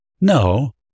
no